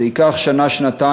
זה ייקח שנה-שנתיים,